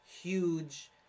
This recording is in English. huge